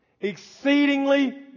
Exceedingly